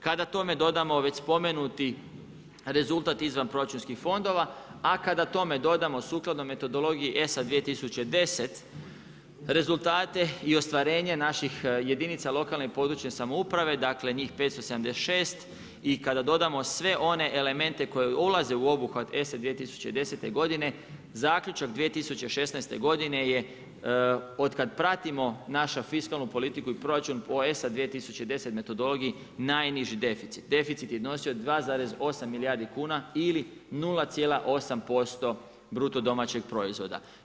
Kada tome dodamo već spomenuti rezultat izvanproračunskih fondova a kada tome dodamo sukladno metodologiji ESA 2010 rezultate i ostvarenje naših jedinica lokalne i područne samouprave dakle njih 576 i kada dodamo sve one elemente koji ulaze u obuhvat ESA 2010. godine zaključak 2016. godine je otkad pratimo našu fiskalnu politiku i proračun po ESA 2010. metodologiji najniži deficit, deficit je iznosio 2,8 milijardi kuna ili 0,8% BDP-a.